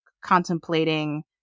contemplating